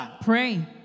pray